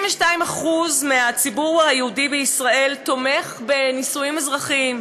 72% מהציבור היהודי בישראל תומך בנישואים אזרחיים.